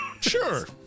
Sure